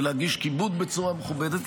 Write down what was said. ולהגיש כיבוד בצורה מכובדת,